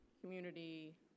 community